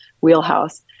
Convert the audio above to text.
wheelhouse